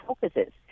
focuses